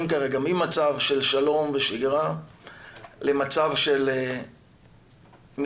כרגע ממצב של שלום ושגרה למצב של מלחמה